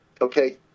Okay